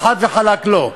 הפלה, חד וחלק לא.